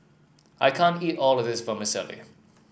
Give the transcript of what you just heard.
I can't eat all of this Vermicelli